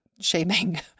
shaming